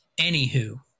Anywho